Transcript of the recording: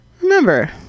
remember